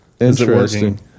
Interesting